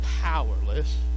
powerless